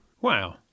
Wow